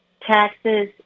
taxes